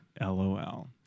LOL